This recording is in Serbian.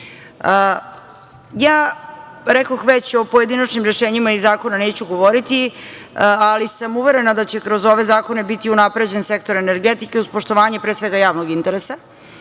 rekoh već, o pojedinačnim rešenjima iz zakona neću govoriti, ali sam uverena da će kroz ove zakone biti unapređen sektor energetike uz poštovanje, pre svega, javnog interesa